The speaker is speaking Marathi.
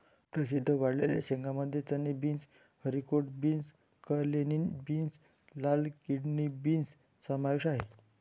प्रसिद्ध वाळलेल्या शेंगांमध्ये चणे, beans, haricot beans, cannellini beans, लाल किडनी बीन्स समावेश आहे